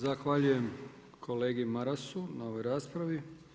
Zahvaljujem kolegi Marasu na ovoj raspravi.